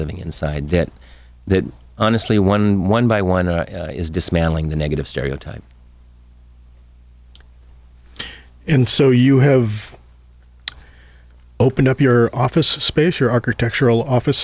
living inside that honestly one one by one is dismantling the negative stereotype and so you have opened up your office space your architectural office